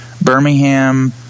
Birmingham